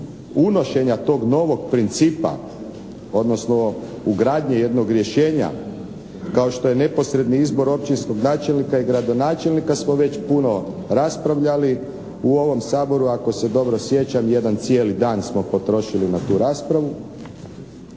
unošenja tog novog principa, odnosno ugradnje jednog rješenja kao što je neposredni izbor općinskog načelnika i gradonačelnika smo već puno raspravljali u ovom Saboru. Ako se dobro sjećam, jedan cijeli dan smo potrošili na tu raspravu